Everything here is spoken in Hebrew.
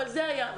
אבל זה היה.